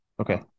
Okay